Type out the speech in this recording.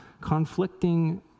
conflicting